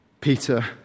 Peter